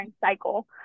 cycle